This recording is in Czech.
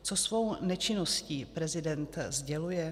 Co svou nečinností prezident sděluje?